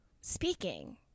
speaking